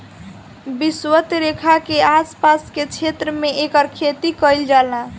विषवत रेखा के आस पास के क्षेत्र में एकर खेती कईल जाला